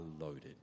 loaded